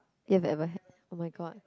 ya it ever had oh-my-god